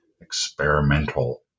experimental